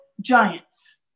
giants